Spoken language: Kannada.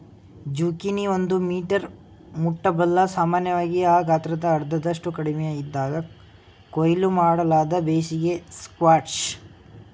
ಜುಕೀನಿ ಒಂದು ಮೀಟರ್ ಮುಟ್ಟಬಲ್ಲ ಸಾಮಾನ್ಯವಾಗಿ ಆ ಗಾತ್ರದ ಅರ್ಧದಷ್ಟು ಕಡಿಮೆಯಿದ್ದಾಗ ಕೊಯ್ಲು ಮಾಡಲಾದ ಬೇಸಿಗೆ ಸ್ಕ್ವಾಷ್